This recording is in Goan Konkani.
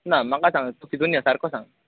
ना म्हाका सांग तूं कितून या सारको सांग